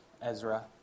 Ezra